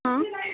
ହଁ